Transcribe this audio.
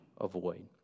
avoid